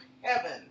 heaven